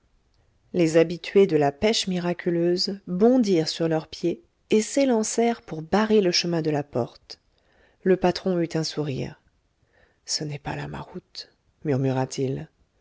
les habitués de la pêche miraculeuse bondirent sur leurs pieds et s'élancèrent pour barrer le chemin de la porte le patron eut un sourire ce n'est pas là ma route murmura-t-il